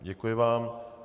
Děkuji vám.